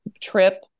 trip